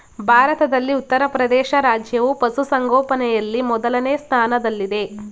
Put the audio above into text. ಭಾರತದಲ್ಲಿ ಉತ್ತರಪ್ರದೇಶ ರಾಜ್ಯವು ಪಶುಸಂಗೋಪನೆಯಲ್ಲಿ ಮೊದಲನೇ ಸ್ಥಾನದಲ್ಲಿದೆ